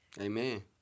Amen